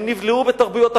הם נבלעו בתרבויות אחרות,